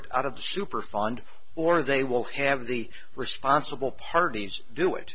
it out of the super fund or they will have the responsible parties do it